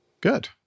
Good